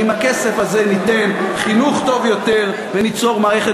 ועם הכסף הזה ניתן חינוך טוב יותר וניצור מערכת